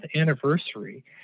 anniversary